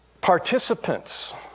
participants